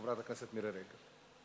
חברת הכנסת מירי רגב.